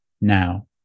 now